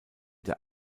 der